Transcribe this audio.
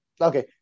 Okay